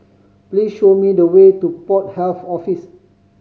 please show me the way to Port Health Office